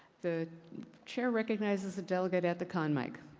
the chair recognizes the delegate at the con mic.